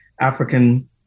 african